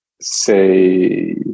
Say